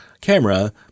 camera